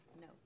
No